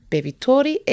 Bevitori